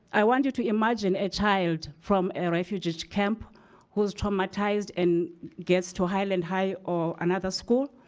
i want you to imagine a child from a refugee camp who's traumatized and gets to highland high or another school.